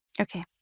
Okay